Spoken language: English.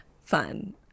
fun